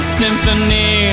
symphony